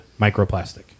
microplastic